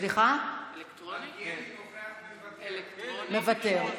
מלכיאלי נוכח ומוותר.